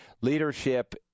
leadership